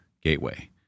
Gateway